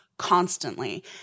constantly